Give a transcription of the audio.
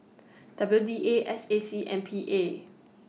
W D A S A C and P A